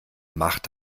macht